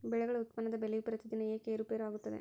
ಬೆಳೆಗಳ ಉತ್ಪನ್ನದ ಬೆಲೆಯು ಪ್ರತಿದಿನ ಏಕೆ ಏರುಪೇರು ಆಗುತ್ತದೆ?